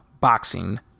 Boxing